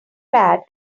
pad